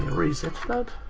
reset that.